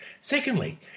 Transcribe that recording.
Secondly